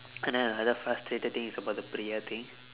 and then another frustrated thing is about the priya thing